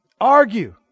Argue